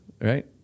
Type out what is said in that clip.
Right